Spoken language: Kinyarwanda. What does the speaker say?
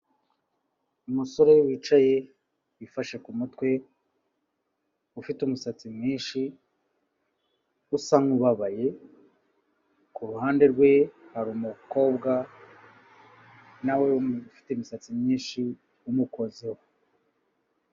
Umusore wicaye wifashe ku mutwe, ufite umusatsi mwinshi, usa nk'ubabaye, ku ruhande rwe hari umukobwa na we ufite imisatsi myinshi umukozeho.